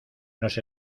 nos